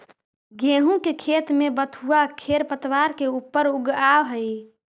गेहूँ के खेत में बथुआ खेरपतवार के ऊपर उगआवऽ हई